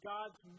God's